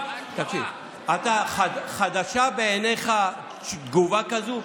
חדשה בעיניך תגובה כזאת?